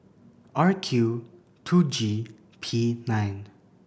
R Q two G P nine